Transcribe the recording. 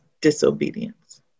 disobedience